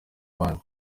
abandi